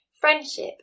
Friendship